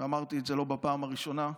ואמרתי את זה לא בפעם הראשונה,